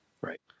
Right